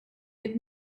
had